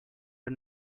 are